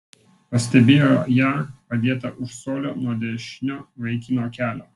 pastebėjo ją padėtą už colio nuo dešinio vaikino kelio